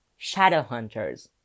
Shadowhunters